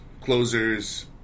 closers